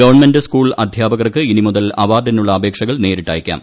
government school അധ്യാപകർക്ക് ഇനി മുതൽ അവാർഡിനുള്ള അപേക്ഷകൾ നേരിട്ട് അയയ്ക്കാം